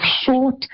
short